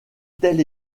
tels